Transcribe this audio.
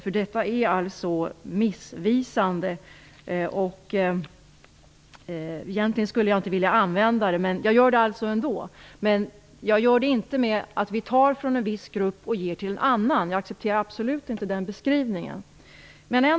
Detta är alltså missvisande. Egentligen skulle jag inte vilja använda ordet subventioner, men jag gör det ändå. Min utgångspunkt är dock inte att vi skall ta från en viss grupp och ger till en annan. Jag accepterar absolut inte den beskrivningen.